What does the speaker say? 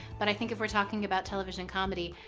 but i think if we're talking about television comedy,